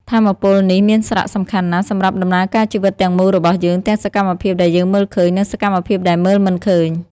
ថាមពលនេះមានសារៈសំខាន់ណាស់សម្រាប់ដំណើរការជីវិតទាំងមូលរបស់យើង ទាំងសកម្មភាពដែលយើងមើលឃើញ និងសកម្មភាពដែលមើលមិនឃើញ។